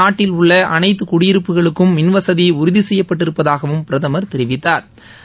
நாட்டில் உள்ள அனைத்து குடியிருப்புகளுக்கும் மின்வசதி உறுதி செய்யப்பட்டிருப்பதாகவும் பிரதமர் தெரிவித்தா்ர